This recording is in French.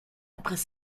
après